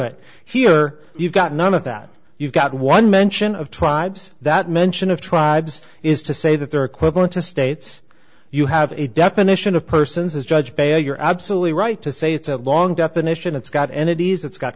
it here you've got none of that you've got one mention of tribes that mention of tribes is to say that they're equivalent to states you have a definition of persons as judge bay you're absolutely right to say it's a long definition it's got entities it's got